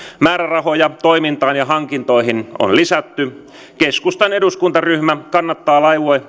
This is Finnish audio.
määrärahoja toimintaan ja hankintoihin on lisätty keskustan eduskuntaryhmä kannattaa laivue